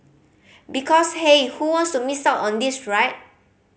because hey who wants to miss out on this right